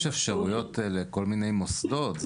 יש אפשרויות לכל מיני מוסדות.